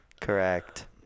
Correct